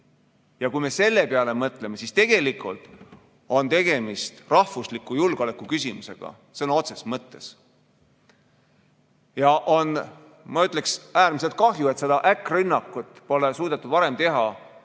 Ja kui me selle peale mõtleme, siis tegelikult on tegemist rahvusliku julgeoleku küsimusega sõna otseses mõttes. Ja on, ma ütleksin, äärmiselt kahju, et seda äkkrünnakut pole suudetud varem teha